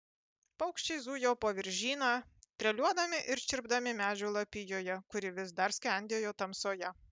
paukščiai zujo po viržyną treliuodami ir čirpdami medžių lapijoje kuri vis dar skendėjo tamsoje